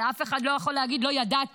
ואף אחד לא יכול להגיד לא ידעתי,